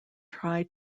try